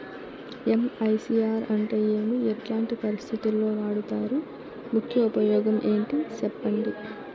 MICR అంటే ఏమి? ఎట్లాంటి పరిస్థితుల్లో వాడుతారు? ముఖ్య ఉపయోగం ఏంటి సెప్పండి?